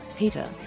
Peter